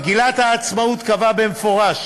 מגילת העצמאות קבעה במפורש